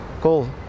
Cool